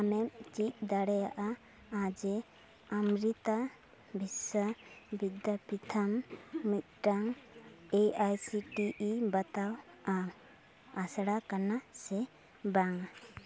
ᱟᱢᱮᱢ ᱪᱮᱫ ᱫᱟᱲᱮᱭᱟᱜᱼᱟ ᱡᱮ ᱚᱢᱨᱤᱛᱟ ᱵᱷᱤᱥᱥᱚ ᱵᱷᱤᱫᱽᱫᱟᱯᱤᱛᱷᱚᱢ ᱢᱤᱫᱴᱟᱝ ᱮ ᱟᱭ ᱥᱤ ᱴᱤ ᱤ ᱵᱟᱛᱟᱣ ᱼᱟ ᱟᱥᱲᱟ ᱠᱟᱱᱟ ᱥᱮ ᱵᱟᱝᱼᱟ